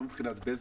לא מבחינת בזק,